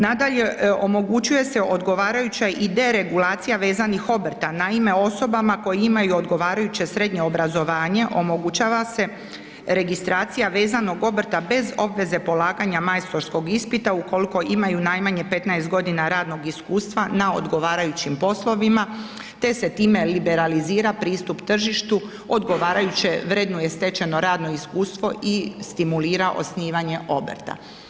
Nadalje, omogućuje se odgovarajuća i deregulacija vezanih obrta, naime, osobama koje imaju odgovarajuće srednje obrazovanje, omogućava se registracija vezanog obrta bez obveze polaganja majstorskog ispita ukoliko imaju najmanje 15 godina radnog iskustva na odgovarajućim poslovima te se time liberalizira pristup tržištu, odgovarajuće vrednuje stečeno radno iskustvo i stimulira osnivanje obrta.